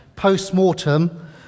post-mortem